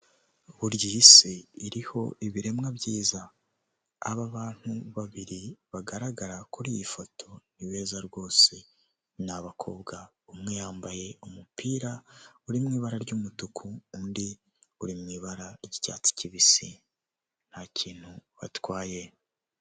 Burya iyi isi iriho ibiremwa byiza, aba abantu babiri bagaragara kuri iyi foto ni beza rwose, ni abakobwa, umwe yambaye umupira uri mu ibara ry'umutuku, undi uri mu ibara ry'icyatsi kibisi, ntakintu batwaye.